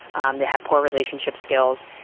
um they have poor relationship skills.